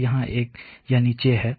तो यहाँ यह नीचे है